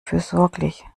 fürsorglich